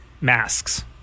Masks